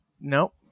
Nope